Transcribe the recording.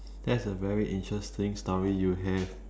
that's a very interesting story you have